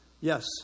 Yes